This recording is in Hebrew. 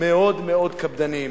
מאוד מאוד קפדנים.